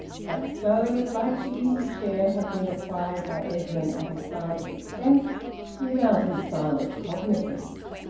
that stove, like the easy-chair, had been acquired by edwin at his father's expense without his father's cognisance.